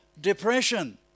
depression